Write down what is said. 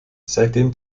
seitdem